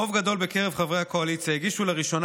רוב גדול בקרב חברי הקואליציה הגישו לראשונה